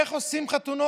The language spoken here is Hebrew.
איך עושים חתונות.